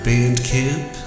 Bandcamp